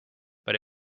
but